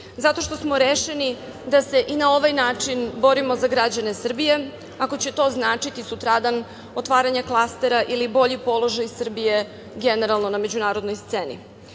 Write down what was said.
zato što smo rešeni da se i na ovaj način borimo za građane Srbije, ako će to značiti sutradan otvaranje klastera ili bolji položaj Srbije generalno na međunarodnoj sceni. Nadam